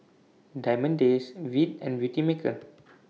Diamond Days Veet and Beautymaker